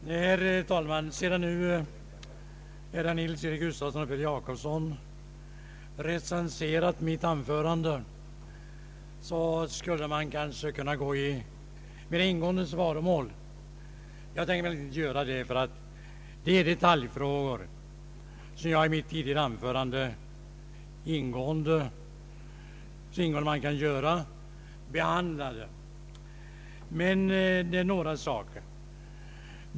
Herr talman! Sedan herrar Nils Eric Gustafsson och Per Jacobsson nu har recenserat mitt anförande, skulle jag kanske kunna gå i utförligt svaromål, men jag tänker inte göra det. I mitt tidigare anförande behandlade jag detaljfrågorna så utförligt som man kan behandla dem. Jag skall dock ta upp några saker.